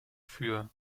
für